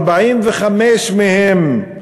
45 מהם